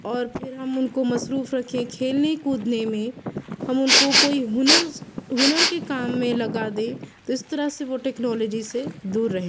اور پھر ہم ان کو مصروف رکھیں کھیلنے کودنے میں ہم ان کو کوئی ہنر ہنر کے کام میں لگا دیں تو اس طرح سے وہ ٹیکنالوجی سے دور رہیں